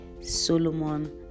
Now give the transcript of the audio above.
Solomon